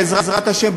בעזרת השם,